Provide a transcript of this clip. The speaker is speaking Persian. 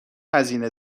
هزینه